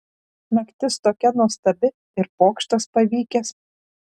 naktis tokia nuostabi ir pokštas pavykęs